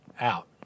out